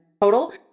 total